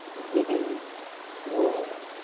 the living world,